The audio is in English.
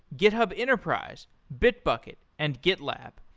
github enterprise, bitbucket, and gitlab.